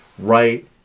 right